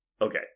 Okay